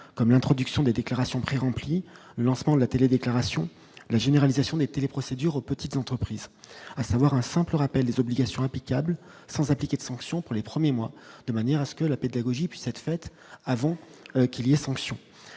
comme l'introduction des déclarations préremplies : lancement de la télédéclaration la généralisation des télé-procédure aux petites entreprises, à savoir un simple rappel des obligations applicables sans appliquer de sanctions pour les premiers mois de manière à ce que la pédagogie puisse être faite avant qu'il y a sanction